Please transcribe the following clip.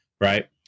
Right